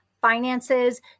finances